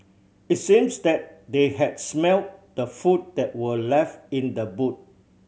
it seems that they had smelt the food that were left in the boot